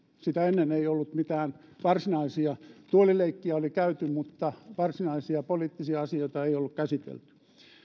sitä ennen ei ollut mitään varsinaisia tuolileikkiä oli käyty mutta varsinaisia poliittisia asioita ei ollut käsitelty